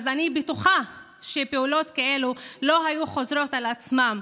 אני בטוחה שפעולות כאלה לא היו חוזרות על עצמן.